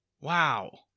wow